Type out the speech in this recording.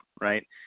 right